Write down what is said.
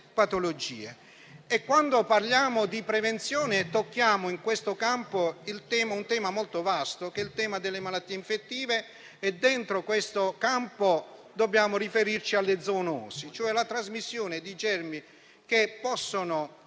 Quando parliamo di prevenzione, tocchiamo il tema molto vasto delle malattie infettive; dentro questo campo dobbiamo riferirci alla zoonosi, cioè alla trasmissione di germi che possono